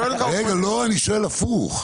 רגע, לא, אני שואל הפוך.